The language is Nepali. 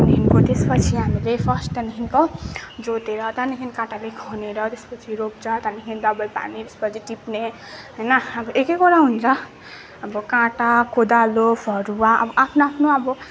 त्यहाँदेखिको त्यसपछि हामीले फर्स्ट त्यहाँदेखिको जोतेर त्यहाँदेखि काँटाले खनेर त्यसपछि रोप्छ त्यहाँदेखि दवाई पानी त्यसपछि टिप्ने होइन अब एक एकवटा हुन्छ अब काँटा कोदालो फरूवा अब आफ्नो आफ्नो अब